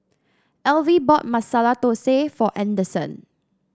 Elvie bought Masala Thosai for Anderson